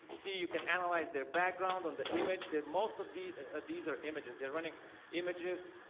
see you can analyze their background on the image that most of the these are images they're running images.